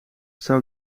zou